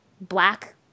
black